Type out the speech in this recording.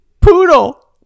Poodle